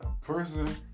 person